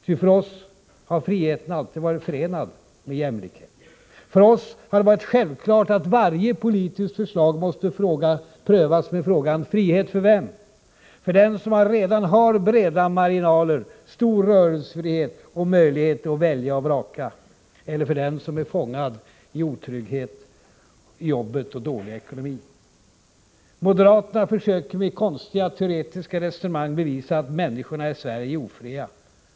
Ty för oss har friheten alltid varit förenad med jämlikhet. För oss har det varit självklart att varje politiskt förslag måste prövas med frågan: Frihet för vem? För den som redan har breda marginaler, stor rörelsefrihet och möjlighet att välja och vraka eller för den som är fångad i otrygghet i jobbet och dålig ekonomi? Moderaterna försöker med konstiga teoretiska resonemang bevisa att människorna i Sverige är ofria.